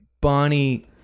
Bonnie